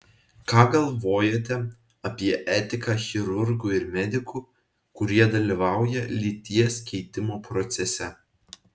ką galvojate apie etiką chirurgų ir medikų kurie dalyvauja lyties keitimo procese